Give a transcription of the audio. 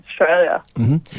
Australia